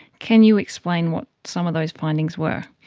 can you explain what some of those findings were?